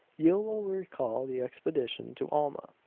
you will recall the expedition to alma.